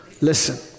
Listen